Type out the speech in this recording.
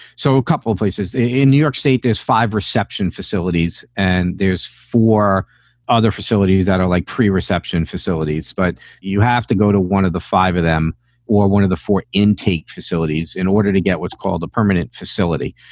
so a couple places in new york state, there's five reception facilities and there's four other facilities that are like pre reception facilities. but you have to go to one of the five of them or one of the four intake facilities in order to get what's called a permanent facility.